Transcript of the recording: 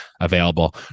available